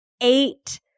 eight